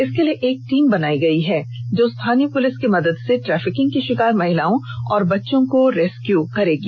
इसके लिए एक टीम बनायी गयी है जो स्थानीय पुलिस की मदद से ट्रैफिकिंग की षिकार महिलाओं और बच्चों को रेस्क्यू करेगी